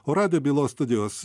o radijo bylos studijos